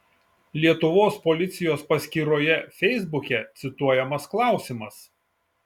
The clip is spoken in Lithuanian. lietuvos policijos paskyroje feisbuke cituojamas klausimas